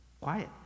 quiet